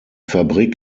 fabrik